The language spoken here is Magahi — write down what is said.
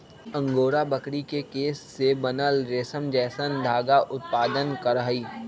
अंगोरा बकरी के केश से बनल रेशम जैसन धागा उत्पादन करहइ